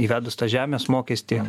įvedus tą žemės mokestį